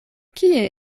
kie